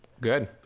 Good